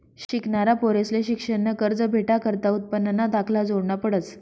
शिकनारा पोरंसले शिक्शननं कर्ज भेटाकरता उत्पन्नना दाखला जोडना पडस